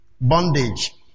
Bondage